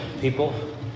people